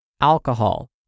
Alcohol